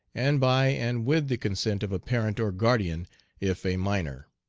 and by and with the consent of a parent or guardian if a minor.